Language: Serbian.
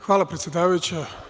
Hvala, predsedavajuća.